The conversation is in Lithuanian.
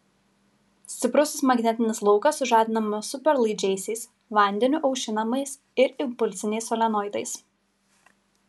stiprusis magnetinis laukas sužadinamas superlaidžiaisiais vandeniu aušinamais ir impulsiniais solenoidais